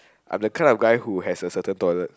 I'm the guy who has a certain toilet